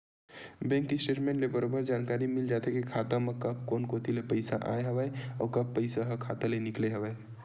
bank statement ले बरोबर जानकारी मिल जाथे के खाता म कब कोन कोती ले पइसा आय हवय अउ कब पइसा ह खाता ले निकले हवय